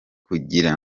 kugira